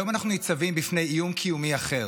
היום אנחנו ניצבים בפני איום קיומי אחר: